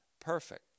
Perfect